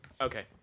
Okay